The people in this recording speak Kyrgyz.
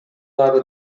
ары